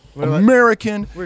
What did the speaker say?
American